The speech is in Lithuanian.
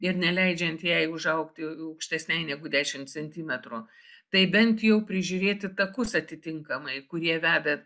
ir neleidžiant jai užaugti aukštesnei negu dešim centimetrų tai bent jau prižiūrėti takus atitinkamai kurie veda